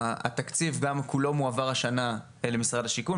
התקציב כולו גם מועבר השנה אל משרד השיכון,